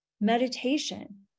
meditation